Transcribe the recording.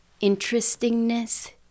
interestingness